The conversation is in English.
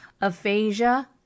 Aphasia